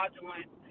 fraudulent